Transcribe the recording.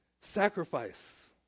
sacrifice